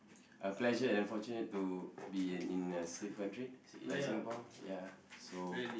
a pleasure and fortunate to to be in in a safe country like Singapore ya so